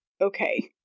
okay